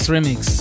Remix